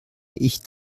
ich